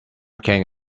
can